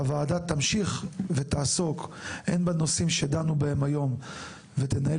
הוועדה תמשיך ותעסוק הן בנושאים שדנו בהם היום ותנהל